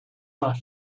not